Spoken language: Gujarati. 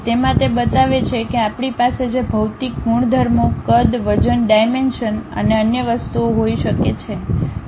તેમાં તે બતાવે છે કે આપણી પાસે જે ભૌતિક ગુણધર્મો કદ વજન ડાઇમેંશનઅને અન્ય વસ્તુઓ હોઈ શકે છે